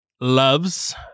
loves